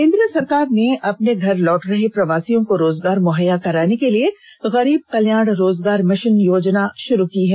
केंद्र सरकार ने अपने घर लौट रहे प्रवासियों को रोजगार मुहैया कराने के लिए गरीब कल्याण रोजगार मिषन योजना शुरू की है